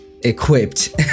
equipped